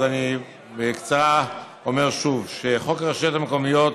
אז אני בקצרה אומר שוב שחוק הרשויות המקומיות